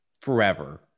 forever